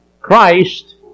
Christ